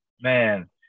Man